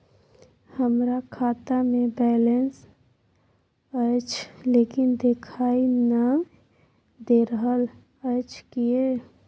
हमरा खाता में बैलेंस अएछ लेकिन देखाई नय दे रहल अएछ, किये?